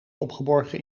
opgeborgen